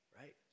right